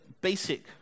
basic